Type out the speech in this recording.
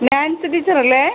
dance teacher അല്ലേ